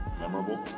Memorable